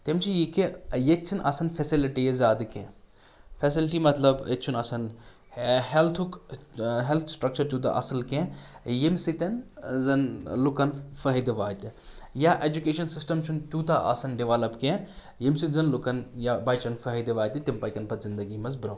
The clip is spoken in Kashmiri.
تِم چھِ یہِ کہِ ییٚتہِ چھنہٕ آسان فیسَلٹیٖز زیادٕ کیٛنٚہہ فیسَلٹی مطلب ییٚتہِ چھُنہٕ آسان ہیلتھُکھ ہیلٕتھ سِٹرکچَر تیوٗتاہ اصل کیٛنٚہہ ییٚمہِ سۭتۍ زنہٕ لُکَن فٲیدٕ واتہِ یا ایجوٗکیشَن سِسٹم چھُنہٕ تیوٗتاہ آسان ڈیولپ کیٛنٚہہ ییٚمہِ سۭتۍ زَن لُکَن یا بچَن فٲیدٕ واتہِ تِم پکن پتہٕ زندگۍ منٛز برونہہ